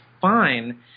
fine